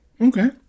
Okay